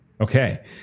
Okay